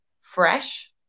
fresh